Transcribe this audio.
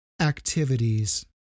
activities